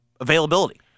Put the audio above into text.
availability